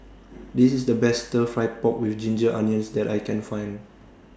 This IS The Best Stir Fry Pork with Ginger Onions that I Can Find